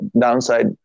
downside